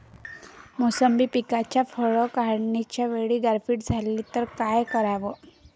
मोसंबी पिकावरच्या फळं काढनीच्या वेळी गारपीट झाली त काय कराव?